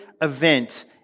event